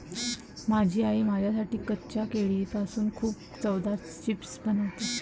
माझी आई माझ्यासाठी कच्च्या केळीपासून खूप चवदार चिप्स बनवते